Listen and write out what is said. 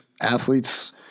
athletes